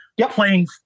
Playing